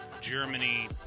Germany